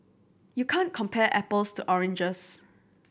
you can't compare apples to oranges